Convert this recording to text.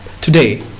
today